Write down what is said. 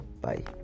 Bye